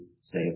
say